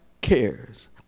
cares